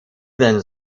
then